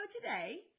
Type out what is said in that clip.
today